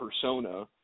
persona